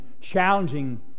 challenging